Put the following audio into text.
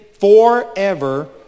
forever